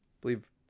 believe